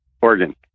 Oregon